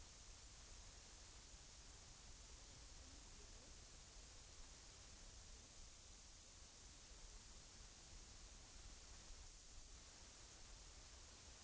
Jag vill än en gång upprepa vad jag sade tidigare, nämligen att de åtgärder som regeringen vidtagit på den sociala sektorn innebär en socialt riktig fördelningspolitik.